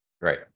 right